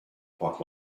what